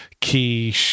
key